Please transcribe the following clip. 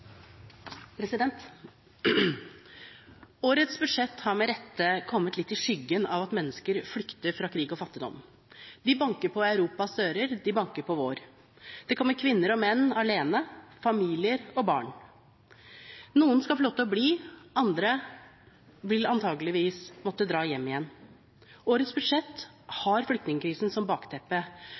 omme. Årets budsjett har med rette kommet litt i skyggen av at mennesker flykter fra krig og fattigdom. De banker på Europas dører, de banker på vår. Det kommer kvinner og menn alene, familier og barn. Noen skal få lov til å bli, andre vil antakeligvis måtte dra hjem igjen. Årets budsjett har flyktningkrisen som bakteppe,